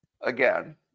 again